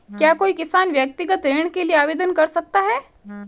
क्या कोई किसान व्यक्तिगत ऋण के लिए आवेदन कर सकता है?